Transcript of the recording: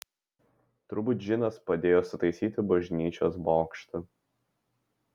turbūt džinas padėjo sutaisyti bažnyčios bokštą